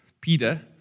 Peter